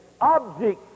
object